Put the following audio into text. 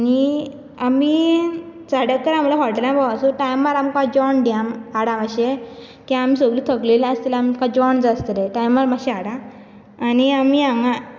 आनी आमी साडे अकरां म्हणल्यार हॉटेलार पावतले सो टायमार आमकां जेवण दिया हाडा मातशे कित्याक आमी सगली थकलेलीं आसतलीं आमकां जेवण जाय आसतलें टायमार मातशे हाडात आनी आमी हांगा